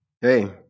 Hey